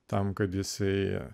tam kad jisai ją